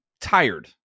tired